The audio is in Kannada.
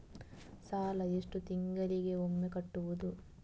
ಸಾಲ ಎಷ್ಟು ತಿಂಗಳಿಗೆ ಒಮ್ಮೆ ಕಟ್ಟುವುದು?